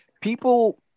people